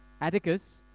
Atticus